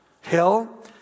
Hell